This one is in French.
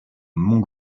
mont